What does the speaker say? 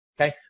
Okay